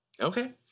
Okay